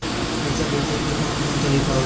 पइसा भेजे के कौन कोन तरीका होला?